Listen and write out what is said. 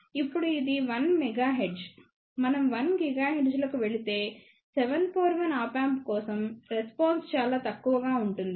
ఇప్పుడు ఇది 1 మెగాహెర్ట్జ్ మనం 1 GHz లకు వెళితే 741 ఆప్ యాంప్ కోసం రెస్పాన్స్ చాలా తక్కువగా ఉంటుంది